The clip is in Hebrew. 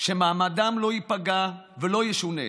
שמעמדם לא ייפגע ולא ישונה,